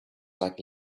like